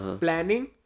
planning